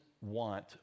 want